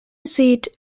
seat